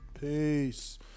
Peace